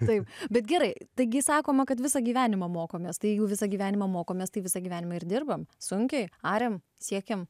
taip bet gerai taigi sakoma kad visą gyvenimą mokomės tai jų visą gyvenimą mokomės tai visą gyvenimą ir dirbame sunkiai arėme siekėme